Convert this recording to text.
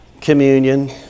communion